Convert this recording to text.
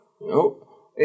No